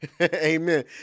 Amen